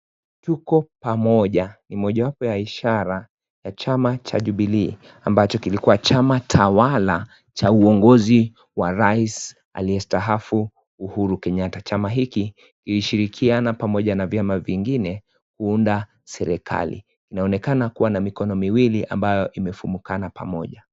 Tuko pamoja, ni mojawapo ya ishara ya chama cha Jubilee, ambacho kilikuwa chama tawala cha uongozi wa raisi aliyestaafu Uhuru Kenyatta. Chama hiki kilishirikiana pamoja na vyama vingine kuunda serikali. Inaonekana kuwa na mikono miwili ambayo umefumukana pamoja.